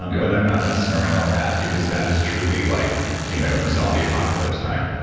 but i'm not messing around with that because that is truly like you know zombie apocalypse time